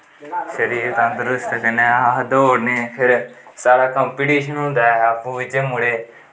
शरीर तंदरुस्त कन्नै अस दौड़नें फिर साढ़ा कंपिटिशन होंदा ऐ अप्पूं बिच्चें मुड़े